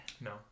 No